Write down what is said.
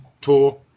tour